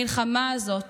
המלחמה הזאת